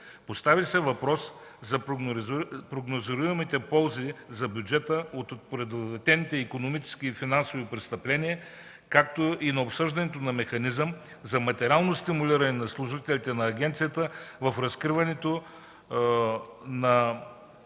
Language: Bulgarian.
Постави се въпрос за прогнозируемите ползи за бюджета от предотвратените икономически и финансови престъпления, както и на обсъждането на механизъм за материално стимулиране на служителите на Агенцията при разкриването на